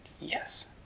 Yes